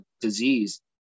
disease